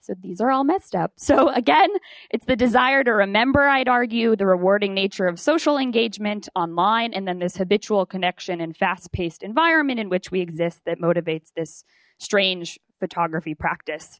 so these are all messed up so again it's the desire to remember i'd argue the rewarding nature of social engagement online and then this habitual connection and fast paced environment in which we exist that motivates this strange photography practice